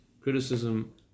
criticism